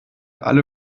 alle